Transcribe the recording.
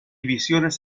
visiones